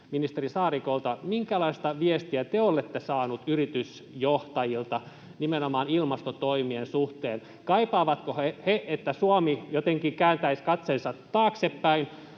ministeri Saarikolta: Minkälaista viestiä te olette saanut yritysjohtajilta nimenomaan ilmastotoimien suhteen? Kaipaavatko he, että Suomi jotenkin kääntäisi katseensa taaksepäin